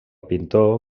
pintor